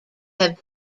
have